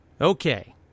Okay